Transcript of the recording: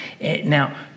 Now